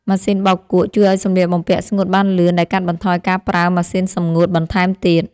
ម៉ាស៊ីនបោកគក់ជួយឱ្យសម្លៀកបំពាក់ស្ងួតបានលឿនដែលកាត់បន្ថយការប្រើម៉ាស៊ីនសម្ងួតបន្ថែមទៀត។